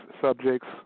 subjects